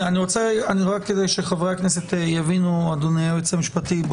רק כדי שחברי הכנסת יבינו אדוני היועץ המשפטי,